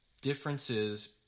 differences